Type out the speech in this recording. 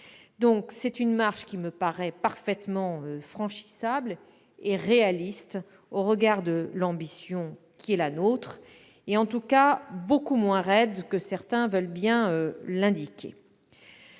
donc une marche qui me paraît parfaitement franchissable et réaliste au regard de l'ambition qui est la nôtre. En tout cas, elle est beaucoup moins raide que certains veulent bien l'indiquer.